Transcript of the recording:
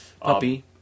puppy